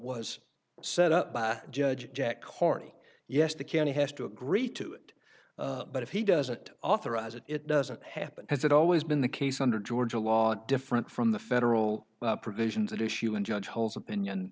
was set up by a judge jack horney yes the county has to agree to it but if he doesn't authorize it it doesn't happen as it always been the case under georgia law different from the federal provisions that issue and judge holds opinion